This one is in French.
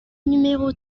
numéro